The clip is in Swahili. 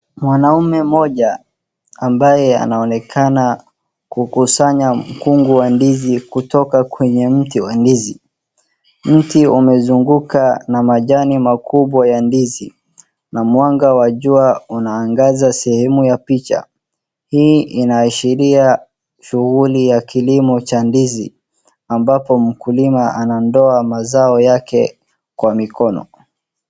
Mwanaume mmoja ambaye anaonekana kukusanya mkungu wa ndizi kutoka kwenye mti wa ndizi, mti umezungukwa na majani makubwa ya ndizi, na mwanga wa jua unaangaza sehemu ya picha. Hii inaashiria shughuli ya kilimo cha ndizi, ambapo mkulima anaondoa mazao yake kwa mikono.